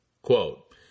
Quote